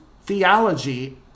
theology